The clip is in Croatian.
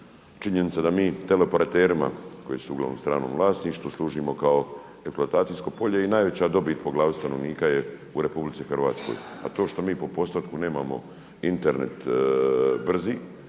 Činjenica da mi teleoperaterima koji su uglavnom u stranom vlasništvu služimo kao …/Govornik se ne razumije./… polje i najveća dobit po glavi stanovnika je u RH. A to što mi po postotku nemamo Internet brzi